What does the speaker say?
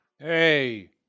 Hey